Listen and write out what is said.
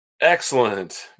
Excellent